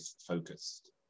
focused